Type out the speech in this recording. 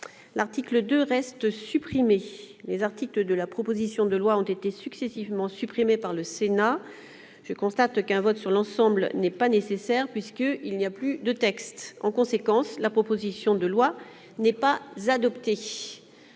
n'a pas adopté. Les articles de la proposition de loi ont été successivement rejetés ou supprimés par le Sénat. Je constate qu'un vote sur l'ensemble n'est pas nécessaire puisqu'il n'y a plus de texte. En conséquence, la proposition de loi n'est pas adoptée.